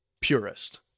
purist